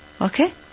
Okay